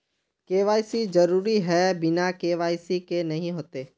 KYC जरुरी है बिना के.वाई.सी के नहीं होते?